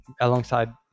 alongside